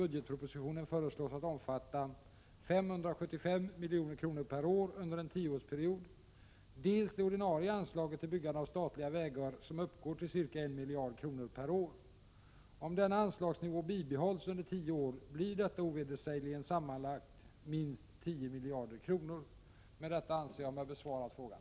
1986/87:95 budgetpropositionen föreslås omfatta 575 milj.kr. per år under en tioårspe 26 mars 1987 riod, dels det ordinarie anslaget till byggande av statliga vägar, som uppgår till ca 1 miljard kronor per år. Om denna anslagsnivå bibehålls under 10 år, blir detta ovedersägligen sammantaget minst 10 miljarder kronor. Med detta anser jag mig ha besvarat frågan.